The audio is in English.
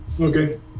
Okay